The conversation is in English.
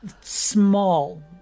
small